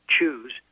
choose